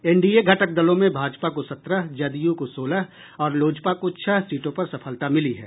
NDA घटक दलों में भाजपा को सत्रह जदयू को सोलह और लोजपा को छह सीटों पर सफलता मिली है